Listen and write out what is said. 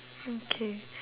okay